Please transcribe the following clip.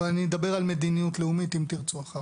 אני אדבר על מדיניות לאומית אם תרצו אחר-כך.